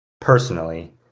personally